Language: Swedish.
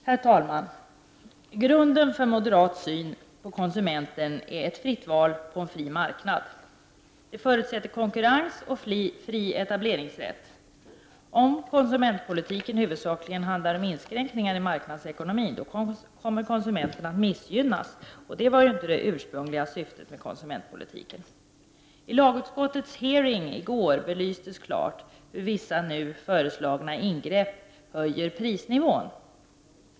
Herr talman! Grunden för moderat syn på konsumenten är ett fritt val på en fri marknad. Detta förutsätter konkurrens och en fri etableringsrätt. Om konsumentpolitiken huvudsakligen handlar om inskränkningar i marknadsekonomin kommer konsumenterna att missgynnas, och det var inte det ursprungliga syftet med konsumentpolitiken. Under lagutskottets hearing i går belystes klart hur vissa nu föreslagna ingrepp höjer prisnivån.